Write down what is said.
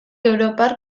europar